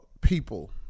people